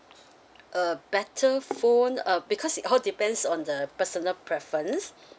a better phone uh because it all depends on the personal preference